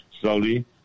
slowly